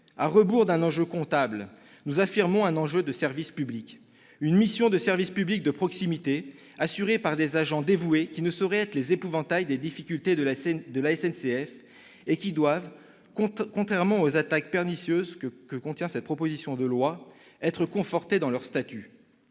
À rebours d'un enjeu comptable, nous affirmons un enjeu de service public ; une mission de service public de proximité, assurée par des agents dévoués, qui ne sauraient être les épouvantails des difficultés de la SNCF et qui doivent, contrairement aux attaques pernicieuses que contient cette proposition de loi, être confortés dans leur statut.